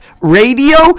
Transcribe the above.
Radio